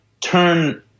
turn